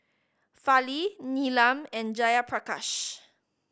Fali Neelam and Jayaprakash